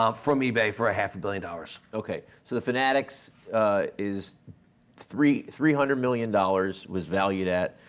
um from ebay for a half a billion dollars. okay so the fanatics is three three hundred million dollars was valued at,